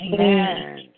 Amen